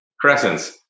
Crescents